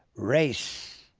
race,